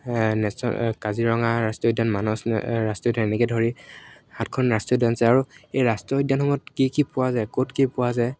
নেশ্য কাজিৰঙা ৰাষ্ট্ৰীয় উদ্যান মানাহ ৰাষ্ট্ৰীয় উদ্যান এনেকৈ ধৰি সাতখন ৰাষ্ট্ৰীয় উদ্যান আছে আৰু এই ৰাষ্ট্ৰীয় উদ্যানসমূহত কি কি পোৱা যায় ক'ত কি পোৱা যায়